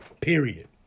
period